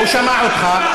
הוא שמע אותך.